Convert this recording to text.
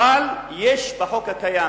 אבל יש בחוק הקיים,